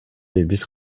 биз